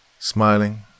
smiling